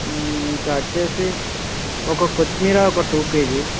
ఇంకా వచ్చి ఒక కొత్తిమీర ఒక టూ కేజీ